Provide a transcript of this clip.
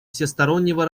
всестороннего